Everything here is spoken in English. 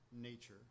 nature